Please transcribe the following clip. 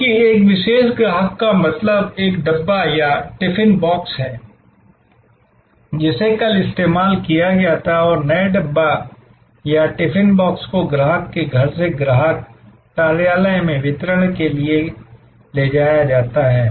क्योंकि एक विशेष ग्राहक का मतलब एक डब्बा या एक टिफिन बॉक्स होता है जिसे कल इस्तेमाल किया गया था और नए डब्बा या टिफिन बॉक्स को ग्राहक के घर से ग्राहक कार्यालय में वितरण के लिए ले जाया जाता है